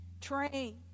train